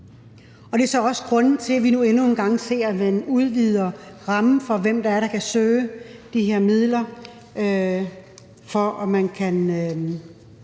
og det er så også grunden til, at vi nu endnu en gang ser, at man udvider rammen for, hvem der kan søge de her midler, for at man kan